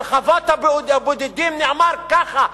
על חוות הבודדים נאמר ככה,